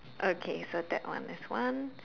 okay so that one is one